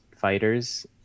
fighters